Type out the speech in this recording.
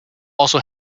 also